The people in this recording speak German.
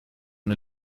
und